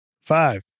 Five